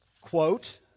quote